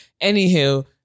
Anywho